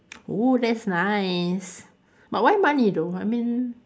!oo! that's nice but why money though I mean